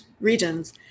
regions